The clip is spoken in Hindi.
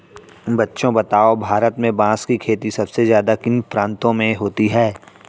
बच्चों बताओ भारत में बांस की खेती सबसे ज्यादा किन प्रांतों में होती है?